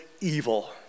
evil